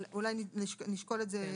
אבל אולי נשקול גם את זה בהמשך.